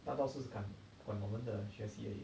大多数管管我们的学习而已